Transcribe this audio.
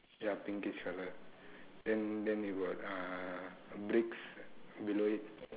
ya pinkish colour then then you got uh bricks below it